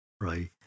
right